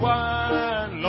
one